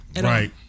Right